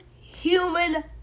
human